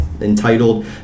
entitled